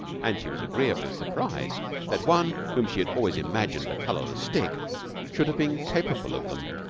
and she was agreeably surprized that one whom she had always imagined a colorless stick should have been capable of them.